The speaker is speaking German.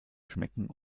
schmecken